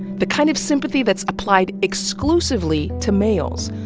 the kind of sympathy that's applied exclusively to males.